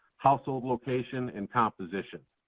household location, and composition.